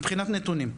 מבחינת נתונים,